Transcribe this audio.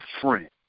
friend